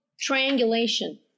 triangulation